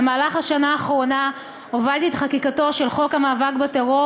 במהלך השנה האחרונה הובלתי את חקיקתו של חוק המאבק בטרור,